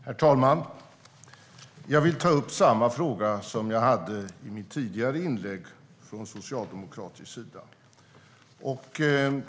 Herr talman! Jag vill ta upp samma fråga som jag tog upp i ett tidigare inlägg från socialdemokratisk sida.